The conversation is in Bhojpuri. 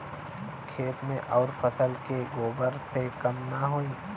खेत मे अउर फसल मे गोबर से कम ना होई?